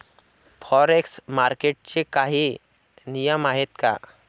Forex मार्केटचे काही नियम आहेत का?